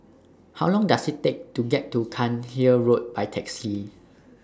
How Long Does IT Take to get to Cairnhill Road By Taxi